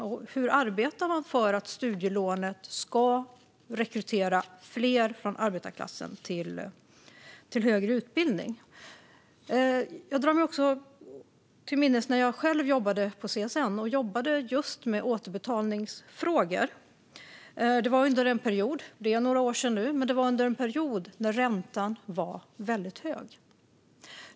Och hur arbetar man för att studielånet ska rekrytera fler från arbetarklassen till högre utbildning? Jag drar mig till minnes när jag själv jobbade på CSN och just jobbade med återbetalningsfrågor. Det är några år sedan nu, men det var under en period när räntan var väldigt hög.